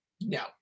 No